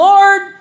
Lord